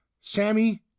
Sammy